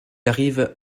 arrive